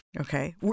Okay